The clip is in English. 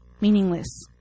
meaningless